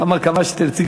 כמה שתרצי,